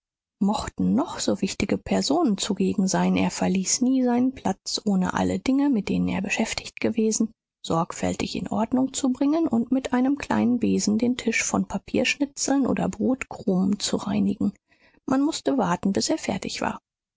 mochten noch so wichtige personen zugegen sein er verließ nie seinen platz ohne alle dinge mit denen er beschäftigt gewesen sorgfältig in ordnung zu bringen und mit einem kleinen besen den tisch von papierschnitzeln oder brotkrumen zu reinigen man mußte warten bis er fertig war